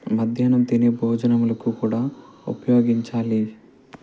మధ్యానం తినే భోజనాలకు కూడా ఉపయోగించాలి